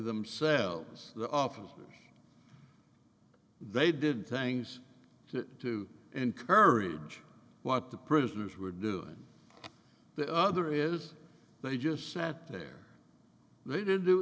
themselves the office they did things to encourage what the prisoners were doing the other is they just sat there they didn't do